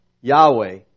Yahweh